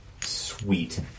Sweet